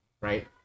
right